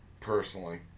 Personally